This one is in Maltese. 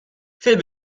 fil